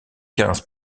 quinze